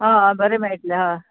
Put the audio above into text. आं आं बरें मेळटलें हय